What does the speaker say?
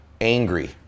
angry